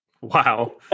Wow